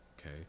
okay